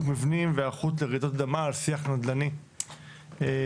מבנים והיערכות לרעידות אדמה על שיח נדל"ני כללי,